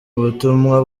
butumwa